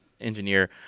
engineer